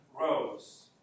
rows